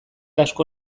asko